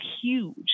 huge